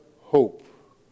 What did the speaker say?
hope